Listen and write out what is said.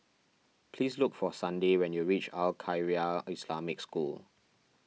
please look for Sunday when you reach Al Khairiah Islamic School